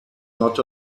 not